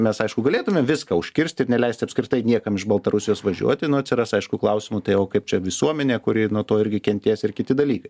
mes aišku galėtume viską užkirsti ir neleisti apskritai niekam iš baltarusijos važiuoti nu atsiras aišku klausimų tai o kaip čia visuomenė kuri nuo to irgi kentės ir kiti dalykai